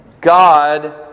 God